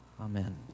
Amen